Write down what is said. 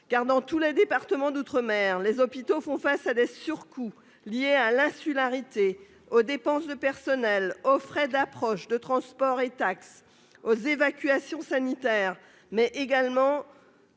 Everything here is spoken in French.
Dans tous les départements d'outre-mer, les hôpitaux font face à des surcoûts liés à l'insularité, aux dépenses de personnel, aux frais d'approche, de transport et aux taxes, aux évacuations sanitaires, mais également